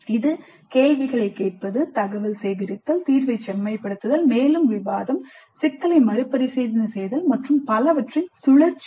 இது கேள்விகளைக் கேட்பது தகவல் சேகரித்தல் தீர்வைச் செம்மைப்படுத்துதல் மேலும் விவாதம் சிக்கலை மறுபரிசீலனை செய்தல் மற்றும் பலவற்றின் சுழற்சி